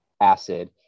acid